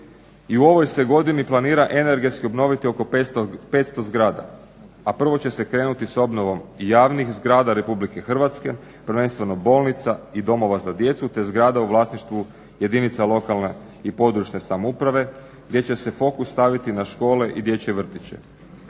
I u ovoj se godini planira energetski obnoviti oko 500 zgrada, a prvo će se krenuti s obnovom javnih zgrada RH, prvenstveno bolnica i domova za djecu te zgrada u vlasništvu jedinica lokalne i područne samouprave gdje će se fokus staviti na škole i dječje vrtiće.